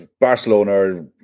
Barcelona